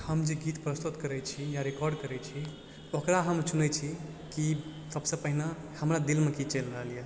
हम जे गीत प्रस्तुत करय छी या रिकॉर्ड करय छी ओकरा हम चुनय छी कि सबसँ पहिने हमरा दिलमे कि चलि रहल यऽ